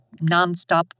nonstop